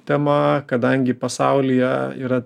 tema kadangi pasaulyje yra